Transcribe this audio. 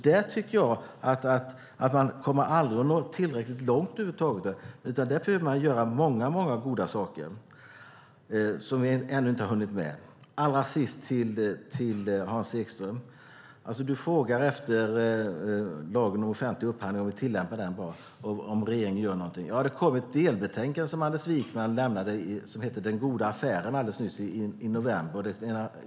Där kan man aldrig komma tillräckligt långt, utan där behöver man göra många goda saker som vi ännu inte har hunnit med. Allra sist till Hans Ekström som frågar efter lagen om offentlig upphandling, om vi tillämpar den bra och om regeringen gör någonting: Det kom ett delbetänkande från Anders Wijkman som heter På jakt efter den goda affären i november.